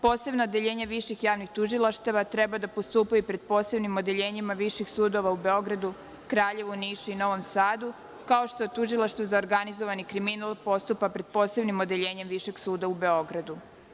Posebna odeljenja viših tužilaštava treba da postupaju pred posebnim odeljenjima viših sudova u Beogradu, Kraljevu, Nišu i Novom Sadu, kao što Tužilaštvo za organizovani kriminal postupa pred Posebnim odeljenjem Višeg suda u Beogradu.